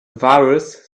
virus